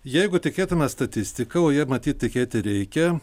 jeigu tikėtume statistika o ja matyt tikėti reikia